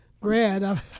grad